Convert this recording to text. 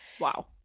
wow